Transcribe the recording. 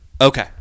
Okay